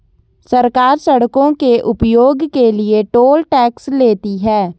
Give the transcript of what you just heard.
सरकार सड़कों के उपयोग के लिए टोल टैक्स लेती है